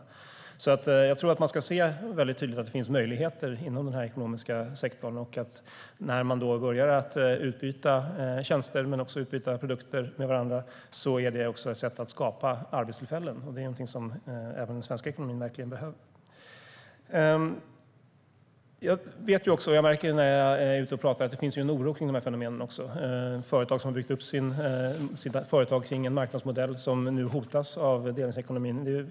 Därför tror jag att man tydligt ska se att det finns möjligheter inom denna ekonomiska sektor. När man börjar utbyta tjänster och produkter med varandra är det också ett sätt att skapa arbetstillfällen. Det är någonting som även den svenska ekonomin verkligen behöver. När jag är ute och talar märker jag att det finns en oro kring dessa fenomen. Jag har förståelse för att företag som har byggt upp sin verksamhet kring en marknadsmodell nu känner sig hotade av delningsekonomin.